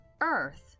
EARTH